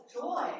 joy